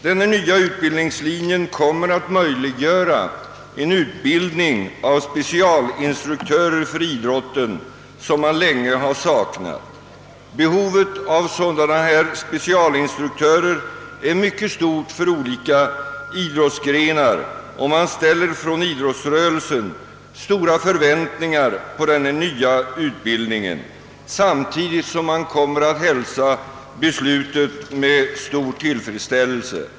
Den nya utbildningslinjen kommer att möjliggöra en utbildning av specialinstruktörer för idrotten som vi länge saknat. Behovet av sådana instruktörer är mycket stort för olika idrottsgrenar, och idrottsrörelsen ställer stora förväntningar på den nya utbildningen. Beslutet om den nya utbildningslinjen hälsas alltså med verklig tillfredsställelse.